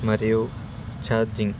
మరియు ఛార్జింగ్